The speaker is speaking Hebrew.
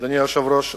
אדוני היושב-ראש,